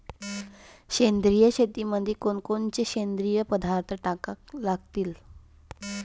सेंद्रिय शेतीमंदी कोनकोनचे सेंद्रिय पदार्थ टाका लागतीन?